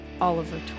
Oliver